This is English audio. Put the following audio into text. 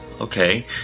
okay